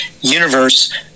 universe